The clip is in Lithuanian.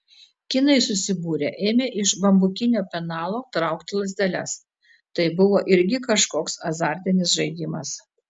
kinai susibūrę ėmė iš bambukinio penalo traukti lazdeles tai buvo irgi kažkoks azartinis žaidimas